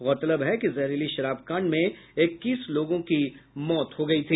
गौरतलब है कि जहरीली शराब कांड में इक्कीस लोगों की मौत हो गयी थी